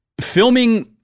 Filming